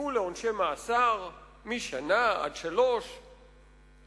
יזכו לעונשי מאסר משנה עד שלוש שנים.